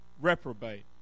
reprobate